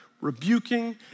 rebuking